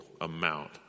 amount